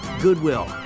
Goodwill